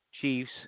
Chiefs